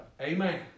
Amen